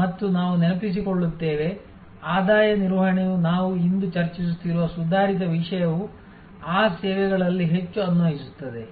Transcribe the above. ಮತ್ತು ನಾವು ನೆನಪಿಸಿಕೊಳ್ಳುತ್ತೇವೆ ಆದಾಯ ನಿರ್ವಹಣೆಯು ನಾವು ಇಂದು ಚರ್ಚಿಸುತ್ತಿರುವ ಸುಧಾರಿತ ವಿಷಯವು ಆ ಸೇವೆಗಳಲ್ಲಿ ಹೆಚ್ಚು ಅನ್ವಯಿಸುತ್ತದೆ